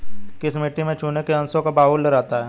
किस मिट्टी में चूने के अंशों का बाहुल्य रहता है?